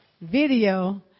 video